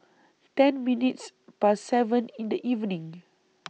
ten minutes Past seven in The evening